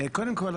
קודם כל,